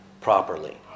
properly